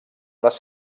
les